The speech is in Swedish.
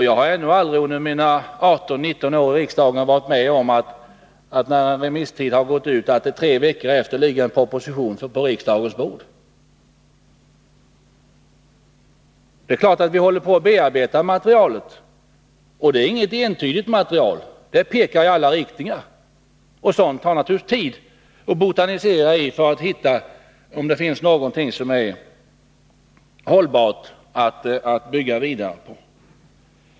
Jag har ännu aldrig under mina 18-19 år i riksdagen varit med om att det tre veckor efter det att en remisstid gått ut legat en proposition i ärendet på riksdagens bord. Det är klart att vi håller på att bearbeta materialet på departementet, och det är inget entydigt material — det pekar i alla riktningar. Det tar naturligtvis tid att botanisera i ett sådant material för att finna om det finns någonting som är hållbart att bygga vidare på.